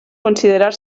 considerar